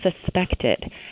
suspected